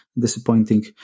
disappointing